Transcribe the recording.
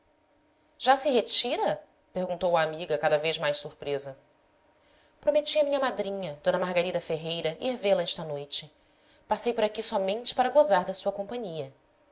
já se retira perguntou a amiga cada vez mais surpresa prometi a minha madrinha d margarida ferreira ir vê-la esta noite passei por aqui somente para gozar da sua com panhia